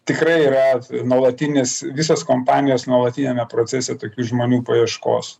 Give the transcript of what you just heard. tikrai yra nuolatinis visos kompanijos nuolatiniame procese tokių žmonių paieškos